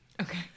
Okay